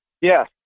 Yes